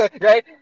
Right